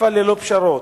אכיפה ללא פשרות: